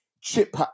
chip